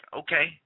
okay